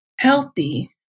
Healthy